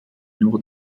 nur